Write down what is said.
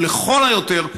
ולכל היותר,